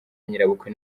nyirabukwe